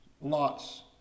Lot's